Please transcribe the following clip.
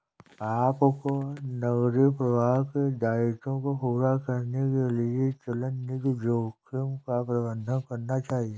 आपको नकदी प्रवाह के दायित्वों को पूरा करने के लिए चलनिधि जोखिम का प्रबंधन करना चाहिए